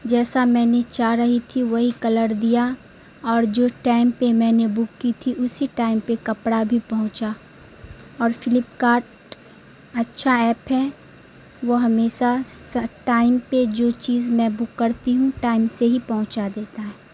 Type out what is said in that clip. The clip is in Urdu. جیسا میں نے چاہ رہی تھی وہی کلر دیا اور جو ٹائم پہ میں نے بک کی تھی اسی ٹائم پہ کپڑا بھی پہنچا اور فلپکارٹ اچھا ایپ ہے وہ ہمیشہ سا ٹائم پہ جو چیز میں بک کرتی ہوں ٹائم سے ہی پہنچا دیتا ہے